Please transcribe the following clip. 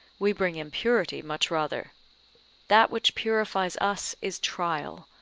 we bring impurity much rather that which purifies us is trial,